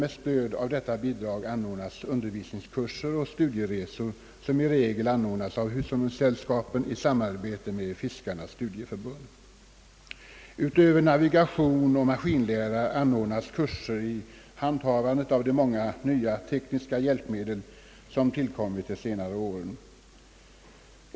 Med stöd av detta bidrag anordnas undervisningskurser och studieresor, i regel av hus hållningssällskapen i samarbete med Fiskarnas studieförbund. Utöver navigation och maskinlära anordnas kurser i handhavandet av de många nya tekniska hjälpmedel som tillkommit under de senare åren.